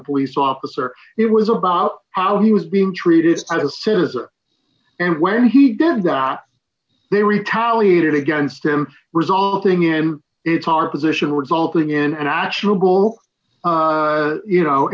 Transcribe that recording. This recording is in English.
a police officer it was about how he was being treated as a citizen and when he did that they retaliated against him resulting in it's hard position resulting in an actual goal you know